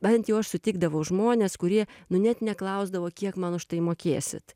bent jau aš sutikdavau žmones kurie nu net neklausdavo kiek man už tai mokėsit